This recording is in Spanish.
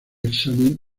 examinado